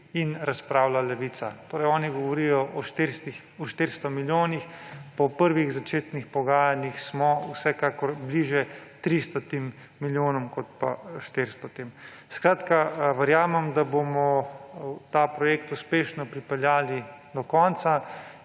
in razpravlja Levica. Torej, oni govorijo o 400 milijonih, po prvih začetnih pogajanjih smo vsekakor bliže 300 milijonom kot pa 400. Skratka, verjamem, da bomo ta projekt uspešno pripeljali do konca